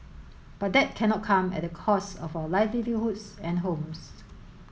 but that cannot come at the cost of our livelihoods and homes